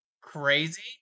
crazy